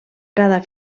cada